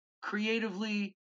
creatively